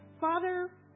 Father